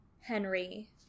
henry